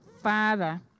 Father